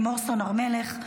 לימור סון הר מלך,